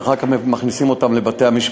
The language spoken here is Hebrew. ואחר כך מכניסים אותם לבתי-המשפט,